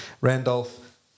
Randolph